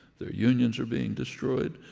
their unions are being destroyed,